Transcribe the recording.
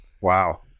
Wow